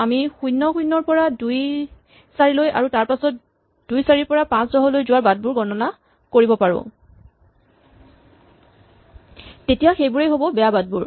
আমি যদি ০ ০ ৰ পৰা ২ ৪ লৈ আৰু তাৰপাছত ২ ৪ ৰ পৰা ৫ ১০ লৈ যোৱা বাটবোৰ গণনা কৰিব পাৰো তেতিয়া সেইবোৰেই হ'ব বেয়া বাটবোৰ